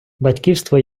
батьківство